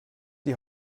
die